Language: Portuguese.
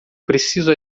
preciso